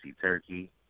turkey